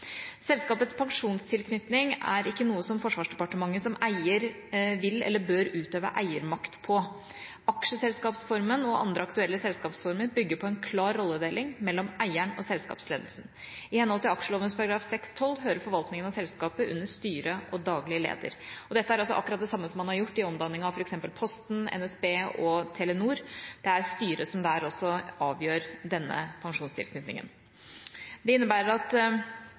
Selskapets pensjonstilknytning er ikke noe Forsvarsdepartementet som eier vil eller bør utøve eiermakt på. Aksjeselskapsformen og andre aktuelle selskapsformer bygger på en klar rolledeling mellom eieren og selskapsledelsen. I henhold til aksjeloven § 6-12 hører forvaltningen av selskaper under styret og daglig leder. Dette er altså akkurat det samme som man har gjort i omdanning av f.eks. Posten, NSB og Telenor. Det er styret som også der avgjør pensjonstilknytningen. Det innebærer at